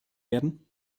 werden